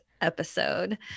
episode